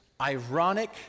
ironic